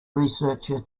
researcher